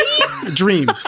Dream